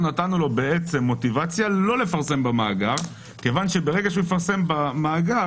עכשיו נתנו לו מוטיבציה לא לפרסם במאגר מכיוון שברגע שהוא יפרסם במאגר,